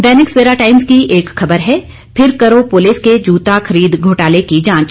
दैनिक Savera times की एक खबर है फिर करो पुलिस के जूता खरीद घोटाले की जांच